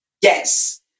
Yes